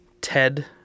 Ted